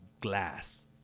glass